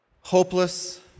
hopeless